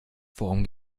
worum